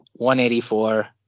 184